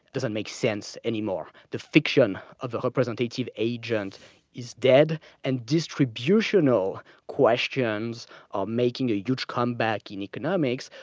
doesn't make sense anymore. the fiction of the representative agent is dead and distributional questions are making a huge comeback in economics.